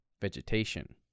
vegetation